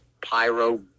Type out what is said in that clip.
pyro